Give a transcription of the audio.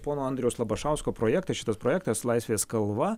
pono andriaus labašausko projektas šitas projektas laisvės kalva